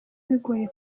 bigoye